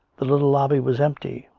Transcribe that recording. the little lobby was empty.